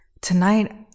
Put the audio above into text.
tonight